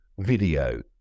Video